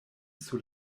sur